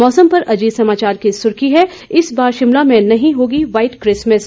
मौसम पर अजीत समाचार की सुर्खी है इस बार शिमला में नहीं होगी वाइट किसमस